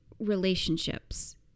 relationships